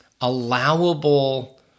allowable